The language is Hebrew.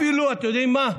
אתם יודעים מה?